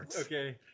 Okay